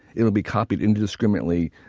it will be copied indiscriminately,